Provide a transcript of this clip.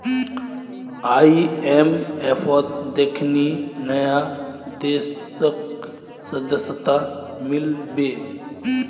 आईएमएफत देखनी नया देशक सदस्यता मिल बे